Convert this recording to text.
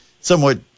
somewhat